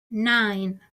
nine